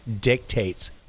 dictates